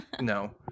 No